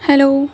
hello